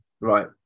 right